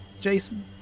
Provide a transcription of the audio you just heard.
Jason